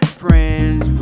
friends